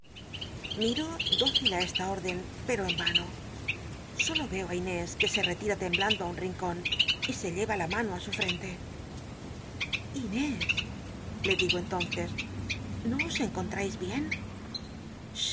ir o dócil ti esta órdcn pero en nmo solo veo j inés que se rctita temblando ü un rincon y se lleva la mano su frente inés le digo entonces no os enconhais bien